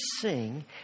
sing